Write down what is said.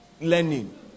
learning